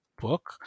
book